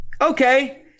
okay